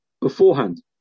beforehand